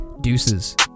Deuces